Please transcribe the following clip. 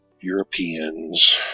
Europeans